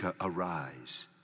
arise